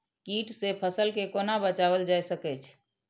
कीट से फसल के कोना बचावल जाय सकैछ?